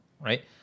right